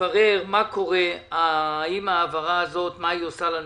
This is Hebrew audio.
לברר מה קורה עם ההעברה הזאת מה היא עושה לניצולים,